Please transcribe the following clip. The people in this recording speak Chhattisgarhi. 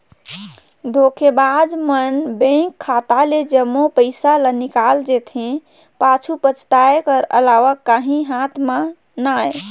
धोखेबाज मन बेंक खाता ले जम्मो पइसा ल निकाल जेथे, पाछू पसताए कर अलावा काहीं हाथ में ना आए